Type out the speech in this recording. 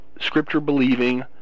scripture-believing